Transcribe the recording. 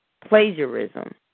plagiarism